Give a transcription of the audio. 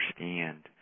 understand